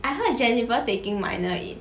I heard jennifer taking minor in